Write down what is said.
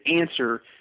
answer